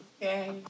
Yay